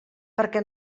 perquè